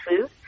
food